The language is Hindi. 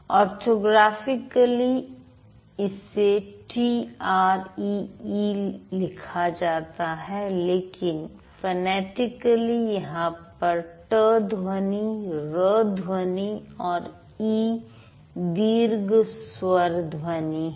ऑर्थोग्राफिकली इसे टी आर इ इ लिखा जाता है लेकिन फनेटिकली यहां पर ट ध्वनि र ध्वनि और ई दीर्घ स्वर ध्वनि है